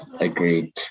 agreed